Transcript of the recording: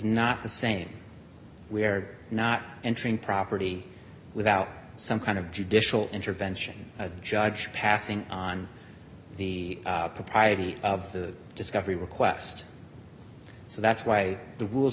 not the same we're not entering property without some kind of judicial intervention a judge passing on the propriety of the discovery request so that's why the rules